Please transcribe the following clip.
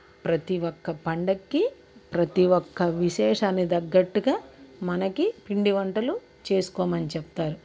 ప్రతీ ఒక్క పండుగకి ప్రతీ ఒక్క విశేషాన్ని తగ్గట్టుగా మనకి పిండి వంటలు చేసుకోమని చెప్తారు